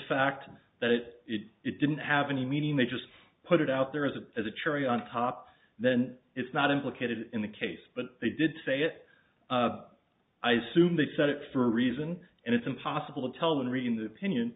fact that it it it didn't have any meaning they just put it out there as a as a cherry on top then it's not implicated in the case but they did say it i assume they said it for a reason and it's impossible to tell when reading the opinion